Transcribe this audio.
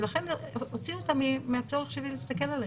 ולכן הוציאו תמיד מהצורך שלי להסתכל עליהם.